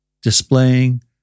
displaying